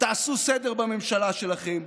תעשו סדר בממשלה שלכם,